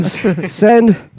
send